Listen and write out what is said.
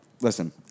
Listen